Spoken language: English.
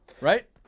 right